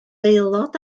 aelod